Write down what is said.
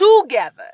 together